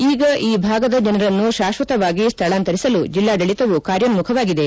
ಈಗ ಈ ಭಾಗದ ಜನರನ್ನು ಶಾಶ್ವತವಾಗಿ ಸ್ಹಳಾಂತರಿಸಲು ಜೆಲ್ಲಾಡಳಿತವು ಕಾರ್ಯೋನ್ನುಖವಾಗಿದೆ